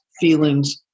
feelings